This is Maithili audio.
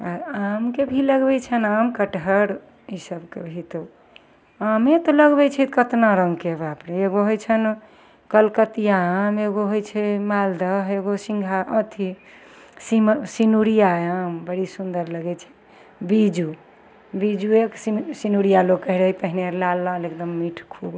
आमके भी लगबै छनि आम कटहर ईसबके भी तऽ आमे तऽ लगबै छै केतना रङ्गके बाप रे एगो होइ छनि कलकतिआ आम एगो होइ छै मालदह एगो सिन्घा अथी सी सेनुरिआ आम बड़ी सुन्दर लगै छै बिजू बिजुएके सेनुरिआ लोक कहै रहै पहिले लाल लाल एकदम मिठ खूब